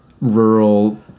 rural